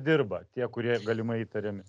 dirba tie kurie galimai įtariami